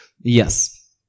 Yes